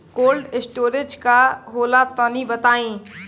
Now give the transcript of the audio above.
Cold storage का होला तनि बताई?